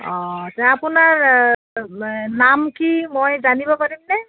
অঁ আপোনাৰ নাম কি মই জানিব পাৰিমনে